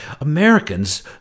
Americans